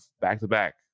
back-to-back